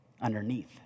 Underneath